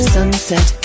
Sunset